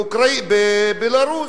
בבלרוס,